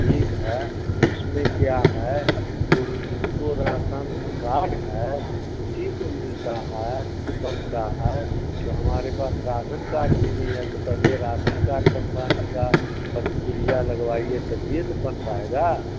ठीक है इसमें क्या है जो जिसको राशन कार्ड है उसी को मिलता है बनता है तो हमारे पास राशन कार्ड ही नहीं है पहले राशन कार्ड बनवाने की प्रतिक्रिया लगाइए तब ही तो बन पाएगा